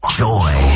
joy